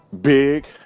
Big